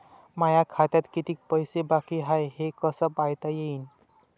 माया खात्यात कितीक पैसे बाकी हाय हे कस पायता येईन?